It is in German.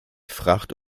fracht